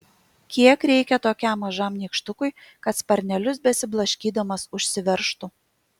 kiek reikia tokiam mažam nykštukui kad sparnelius besiblaškydamas užsiveržtų